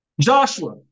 Joshua